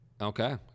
Okay